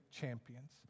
champions